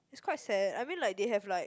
is quite sad I mean like they have like